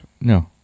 No